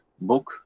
book